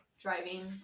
driving